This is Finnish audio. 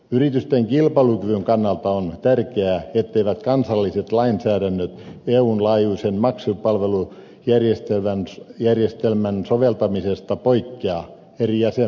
yritysten kilpailukyvyn kannalta on tärkeää etteivät kansalliset lainsäädännöt eun laajuisen maksupalvelujärjestelmän soveltamisesta poikkea eri jäsenmaissa